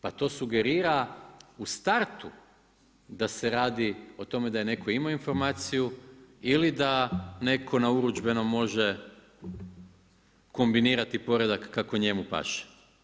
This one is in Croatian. Pa to sugerira u startu, da se radi o tome da je netko imao informaciju ili da netko na urudžbenom može kombinirati poredak kako njemu paše.